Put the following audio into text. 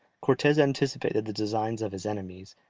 cortes anticipated the designs of his enemies,